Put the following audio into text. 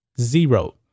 zero